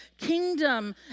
kingdom